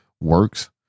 works